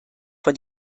von